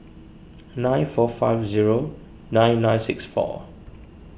nine four five zero nine nine six four